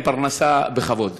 עם פרנסה בכבוד.